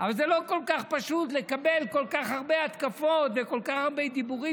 זה לא כל כך פשוט לקבל כל כך הרבה התקפות וכל כך הרבה דיבורים,